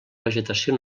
vegetació